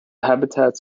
habitats